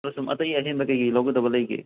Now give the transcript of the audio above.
ꯑꯗꯣ ꯁꯨꯝ ꯑꯇꯩ ꯑꯍꯦꯟꯕ ꯀꯩꯀꯩ ꯂꯧꯒꯗꯕ ꯂꯩꯔꯤꯒꯦ